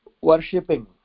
worshipping